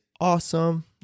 awesome